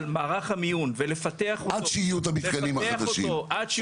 מערך המיון ולפתח אותו עד שיהיו מתקני הקצה,